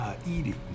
eating